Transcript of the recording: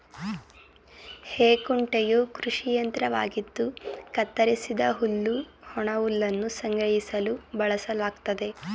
ಹೇ ಕುಂಟೆಯು ಕೃಷಿ ಯಂತ್ರವಾಗಿದ್ದು ಕತ್ತರಿಸಿದ ಹುಲ್ಲು ಒಣಹುಲ್ಲನ್ನು ಸಂಗ್ರಹಿಸಲು ಬಳಸಲಾಗ್ತದೆ